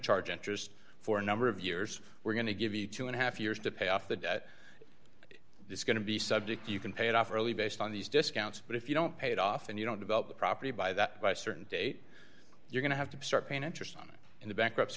charge interest for a number of years we're going to give you two and a half years to pay off the debt it's going to be subject you can pay it off early based on these discounts but if you don't pay it off and you don't develop the property by that by a certain date you're going to have to start paying interest on it in the bankruptcy